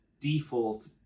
default